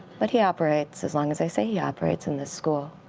but he operates as long as i say he operates in this school.